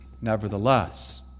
Nevertheless